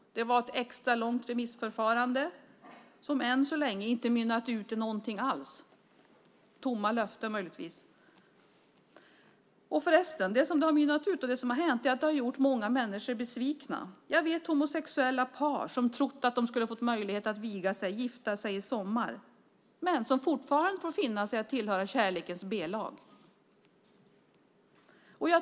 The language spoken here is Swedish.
Det var ett extra långt remissförfarande som än så länge inte mynnat ut i någonting alls, möjligtvis i tomma löften. Förresten: Det som det har mynnat ut i och som har hänt är att det har gjort många människor besvikna. Jag vet homosexuella par som trott att de skulle få möjlighet att gifta sig, vigas, i sommar men som fortfarande får finna sig i att tillhöra kärlekens B-lag.